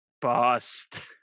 bust